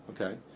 okay